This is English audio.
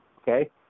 Okay